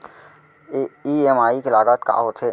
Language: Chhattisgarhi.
ई.एम.आई लागत का होथे?